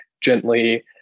gently